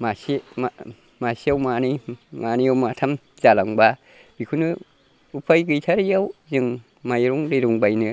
मासे मासेयाव मानै मानैयाव माथाम जालांब्ला बिखौनो उफाय गैथारैयाव जों माइरं दैरं बायनो